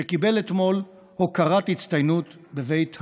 קיבל אתמול הוקרת הצטיינות בבית הנשיא.